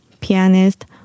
pianist